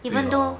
对 lor